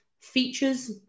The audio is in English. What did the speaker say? features